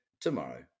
tomorrow